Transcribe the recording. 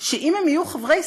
שאם הם יהיו חברי הסתדרות,